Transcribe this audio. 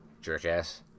Jerk-ass